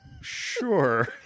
Sure